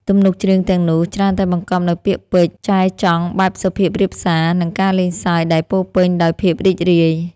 ទំនុកច្រៀងទាំងនោះច្រើនតែបង្កប់នូវពាក្យពេចន៍ចែចង់បែបសុភាពរាបសារ និងការលេងសើចដែលពោរពេញដោយភាពរីករាយ។